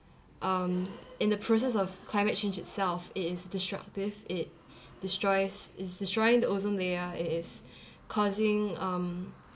um in the process of climate change itself it is disruptive it destroys it's destroying the ozone layer it is causing um